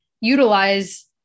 utilize